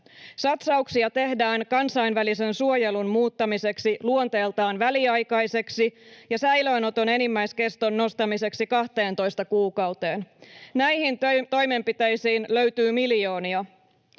Satsauksia tehdään kansainvälisen suojelun muuttamiseksi luonteeltaan väliaikaiseksi ja säilöönoton enimmäiskeston nostamiseksi 12 kuukauteen. Näihin toimenpiteisiin löytyy miljoonia.